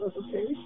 okay